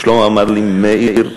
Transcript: ושלמה אמר לי: מאיר,